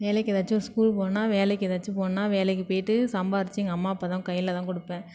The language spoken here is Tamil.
வேலைக்கு ஏதாச்சும் ஸ்கூல் போனால் வேலைக்கு ஏதாச்சும் போனால் வேலைக்கு போயிட்டு சம்பாதிச்சு எங்கள் அம்மா அப்பாதான் கையில்தான் கொடுப்பேன்